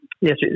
yes